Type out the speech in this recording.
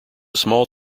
small